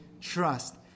trust